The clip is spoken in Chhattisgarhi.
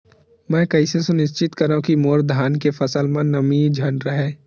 मैं कइसे सुनिश्चित करव कि मोर धान के फसल म नमी झन रहे?